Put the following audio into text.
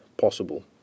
possible